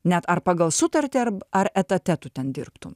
net ar pagal sutartį ar ar etate tu ten dirbtum